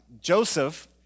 Joseph